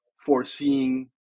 foreseeing